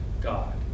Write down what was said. God